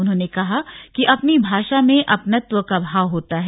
उन्होंने कहा कि अपनी भाषा में अपनत्व का भाव होता है